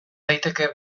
daiteke